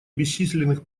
бесчисленных